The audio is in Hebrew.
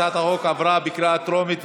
הצעת החוק עברה בקריאה טרומית,